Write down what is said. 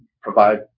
provide